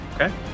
okay